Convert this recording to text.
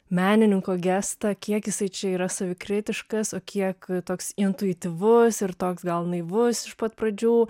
menininko gestą kiek jisai čia yra savikritiškas o kiek toks intuityvus ir toks gal naivus iš pat pradžių